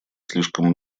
слишком